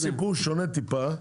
לא, אבל בחמאה הסיפור שונה טיפה.